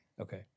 Okay